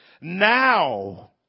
Now